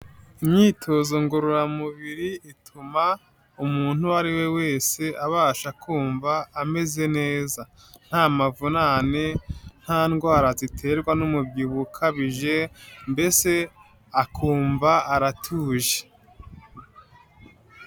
Imyitozo ngororamubiri ituma umuntu uwo ari we wese abasha kumva ameze neza. Nta mavunane, nta ndwara ziterwa n'umubyibuho ukabije, mbese akumva aratuje.